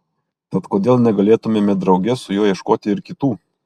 tad kodėl negalėtumėme drauge su juo ieškoti ir kitų